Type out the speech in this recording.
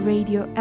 Radio